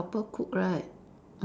helper cook right